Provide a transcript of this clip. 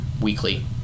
weekly